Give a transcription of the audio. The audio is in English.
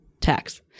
tax